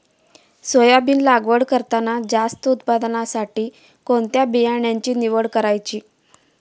Soybean लागवड करताना जास्त उत्पादनासाठी कोणत्या बियाण्याची निवड करायची?